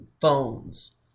phones